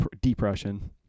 depression